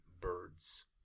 birds